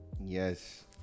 Yes